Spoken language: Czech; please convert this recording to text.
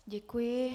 Děkuji.